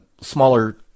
smaller